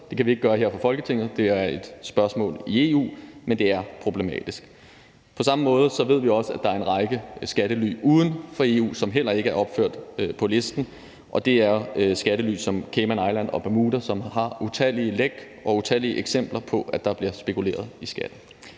Det kan vi ikke gøre her fra Folketinget, for det er et spørgsmål i EU, men det er problematisk. På samme måde ved vi også, at der er en række skattely uden for EU, som heller ikke er opført på listen. Det er skattely som Cayman Islands og Bermuda, som har utallige læk og utallige eksempler på, at der bliver spekuleret i skatten.